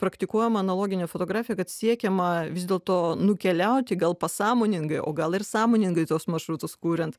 praktikuojam analoginę fotografiją kad siekiama vis dėl to nukeliauti gal pasąmoningai o gal ir sąmoningai tuos maršrutus kuriant